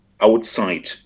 outside